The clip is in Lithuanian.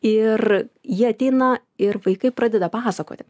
ir jie ateina ir vaikai pradeda pasakoti